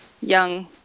young